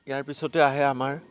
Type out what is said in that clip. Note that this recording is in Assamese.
ইয়াৰ পিছতে আহে আমাৰ